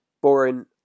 boring